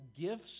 gifts